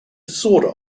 disorder